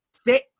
fit